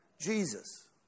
Jesus